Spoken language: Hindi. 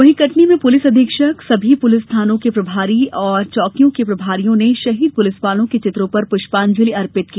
वहीं कटनी में पुलिस अधीक्षक सभी पुलिस थानों और चौकियों के प्रभारियों ने शहीद पुलिस वालों के चित्रों पर पुष्पांजली अर्पित की